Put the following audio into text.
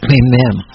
amen